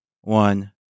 one